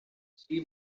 she